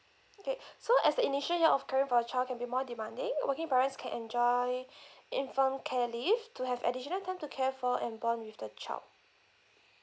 okay so as the initial year of caring for a child can be more demanding working parents can enjoy infant care leave to have additional time to care for and bond with the child